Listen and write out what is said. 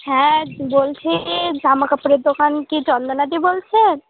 হ্যাঁ বলছি জামা কাপড়ের দোকান কি চন্দনাদি বলছেন